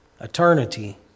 Eternity